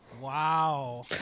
Wow